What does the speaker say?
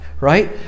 right